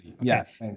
Yes